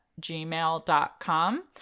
gmail.com